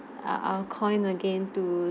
I I'll call in again to